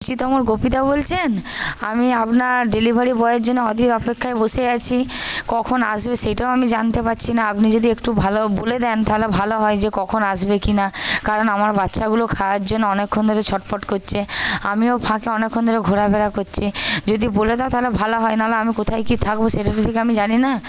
গোপীদা বলছেন আমি আপনার ডেলিভারি বয়ের জন্য অধীর অপেক্ষায় বসে আছি কখন আসবে সেটাও আমি জানতে পারছি না আপনি যদি একটু ভালো বলে দেন তাহলে ভালো হয় যে কখন আসবে কিনা কারণ আমার বাচ্চাগুলো খাওয়ার জন্য অনেকক্ষণ ধরে ছটফট করছে আমিও ফাঁকে অনেকক্ষণ ধরে ঘোরাফেরা করছি যদি বলে দাও তাহলে ভালো হয় নাহলে আমি কোথায় কী থাকবো সেটা তো ঠিক আমি জানি না